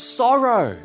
sorrow